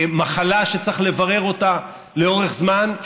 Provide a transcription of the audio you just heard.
מחלה שצריך לברר אותה לאורך זמן,